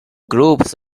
groups